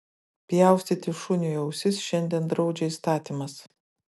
pjaustyti šuniui ausis šiandien draudžia įstatymas